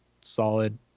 solid